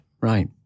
Right